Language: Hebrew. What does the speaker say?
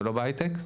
ולא בהייטק,